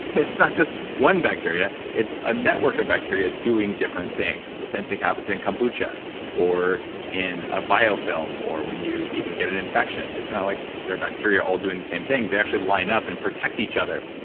it's not just one bacteria, it's a network of bacteria doing different things. the same thing happens in kombucha or in a biofilm or when you even get an infection. it's not like they're bacteria all doing the same thing they actually lineup and protect each other.